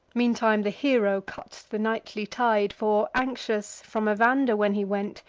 meantime the hero cuts the nightly tide for, anxious, from evander when he went,